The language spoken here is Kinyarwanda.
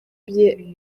bye